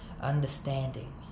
understanding